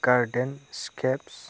garden scapes